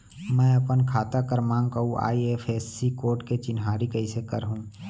मैं अपन खाता क्रमाँक अऊ आई.एफ.एस.सी कोड के चिन्हारी कइसे करहूँ?